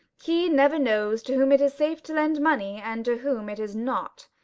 he never knows to whom it is safe to lend money and to whom it is not.